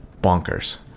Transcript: bonkers